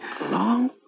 Long